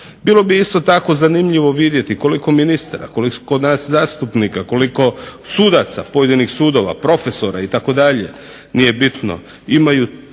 Bilo bi isto tako zanimljivo vidjeti koliko ministra, koliko od nas zastupnika, koliko sudaca pojedinih sudova, profesora itd., nije bitno imaju neki